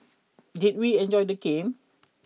did we enjoy the game